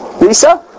Lisa